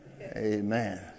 Amen